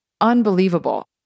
unbelievable